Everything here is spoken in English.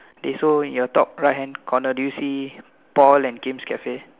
they so your top right hand corner do you see Paul and Kim's cafe